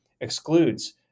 Excludes